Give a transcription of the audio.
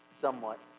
somewhat